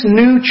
new